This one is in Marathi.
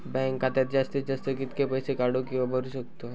बँक खात्यात जास्तीत जास्त कितके पैसे काढू किव्हा भरू शकतो?